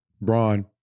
Braun